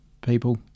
people